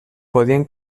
podien